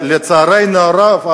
לצערנו הרב,